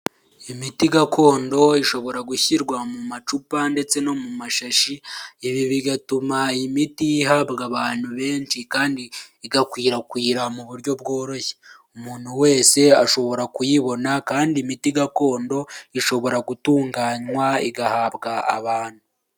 Imiti gakondo ishobora gushyirwa mu macupa ndetse no mu mashashi, ibi bigatuma iyi miti ihabwa abantu benshi kandi igakwirakwira mu buryo bworoshye, umuntu wese ashobora kuyibona kandi imiti gakondo ishobora gutunganywa igahabwa abantu.